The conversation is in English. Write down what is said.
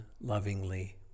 lovingly